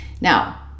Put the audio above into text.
Now